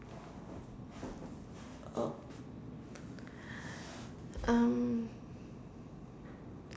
um